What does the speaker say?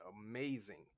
amazing